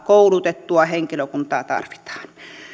koulutettua henkilökuntaa tarvitaan